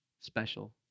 Special